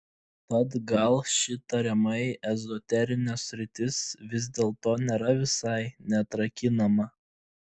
tad gal ši tariamai ezoterinė sritis vis dėlto nėra visai neatrakinama